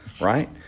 right